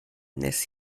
nes